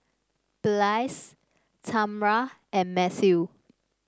Blaise Tamra and Matthew